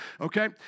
okay